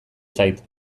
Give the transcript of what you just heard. zait